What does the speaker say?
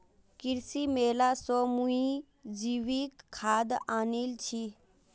कृषि मेला स मुई जैविक खाद आनील छि